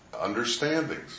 understandings